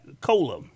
COLA